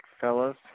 fellas